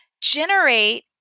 Generate